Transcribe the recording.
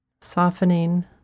softening